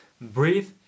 breathe